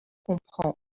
comprend